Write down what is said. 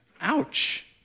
Ouch